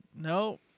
no